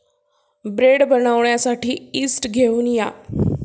bread बनवण्यासाठी yeast घेऊन या